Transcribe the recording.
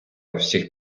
всіх